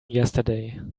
yesterday